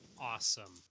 awesome